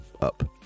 up